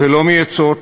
ולא מעצות